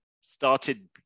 started